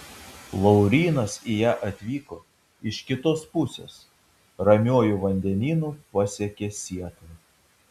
laurynas į ją atvyko iš kitos pusės ramiuoju vandenynu pasiekė sietlą